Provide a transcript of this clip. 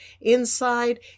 inside